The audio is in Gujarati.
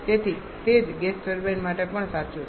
તેથી તે જ ગેસ ટર્બાઇન માટે પણ સાચું છે